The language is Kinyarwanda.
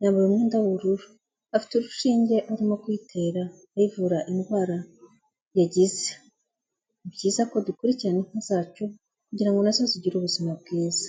yambaye umwenda w'ubururu, afite urushinge arimo kuyitera ayivura indwara yagize. Ni byiza ko dukurikirana inka zacu kugira ngo na zo zigire ubuzima bwiza.